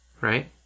right